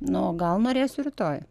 nu o gal norėsiu rytoj